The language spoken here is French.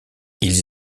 ils